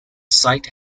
site